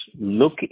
look